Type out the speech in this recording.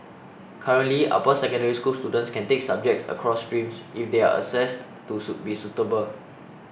currently upper Secondary School students can take subjects across streams if they are assessed to be suitable